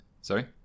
Sorry